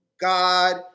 God